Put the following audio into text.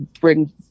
bring